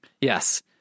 Yes